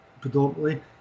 predominantly